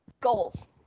Goals